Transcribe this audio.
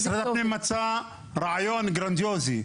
משרד הפנים מצא רעיון גרנדיוזי.